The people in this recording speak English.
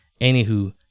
Anywho